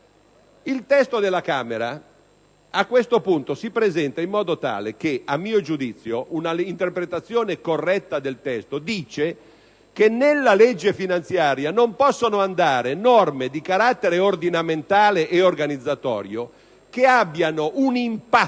Il testo della Camera a questo punto si presenta in modo tale che, a mio giudizio, una interpretazione corretta del testo è che nella legge finanziaria non possono andare norme di carattere ordinamentale e organizzatorio che abbiano un impatto